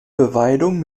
beweidung